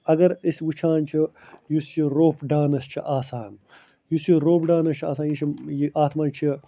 اگر أسۍ وُچھان چھُ یُس یہِ روٚف ڈانَس چھِ آسان یُس یہِ روٚف ڈانَس چھِ آسان یہِ چھُ اَتھ منٛز چھُ